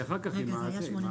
הצבעה לא